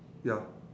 ya